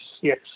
yes